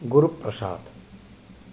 गुरुप्रसादः